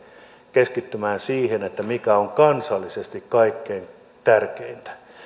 keskittymään siihen mikä on kansallisesti kaikkein tärkeintä